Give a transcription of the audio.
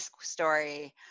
story